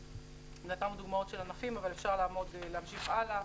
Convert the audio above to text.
נתנו דוגמאות של ענפים אבל אפשר להמשיך הלאה.